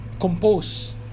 compose